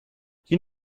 you